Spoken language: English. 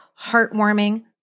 heartwarming